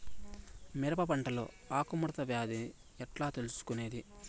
మిరప పంటలో ఆకు ముడత వ్యాధి ఎట్లా తెలుసుకొనేది?